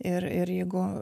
ir ir jeigu